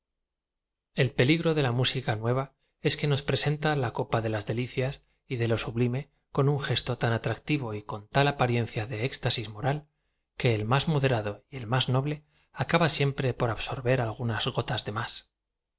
i peligro de la música nueva es que dos presenta la copa de las delicias y de lo sublime con un geato tan atractivo y con tal apariencia de éxtasis moral que el máa moderado y ei más noble acaba siempre por ab sorber algunas gotas de más